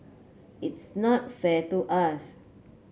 it's not fair to us